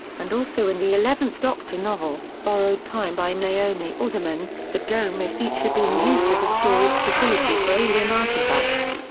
and also in the eleventh doctor novel, borrowed time by naomi alderman, the dome is featured being used as a storage facility for alien artefacts.